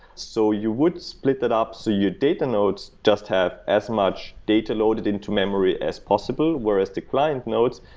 so you would split it up so your data nodes just have as much data loaded into memory as possible, whereas the client nodes,